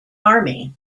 army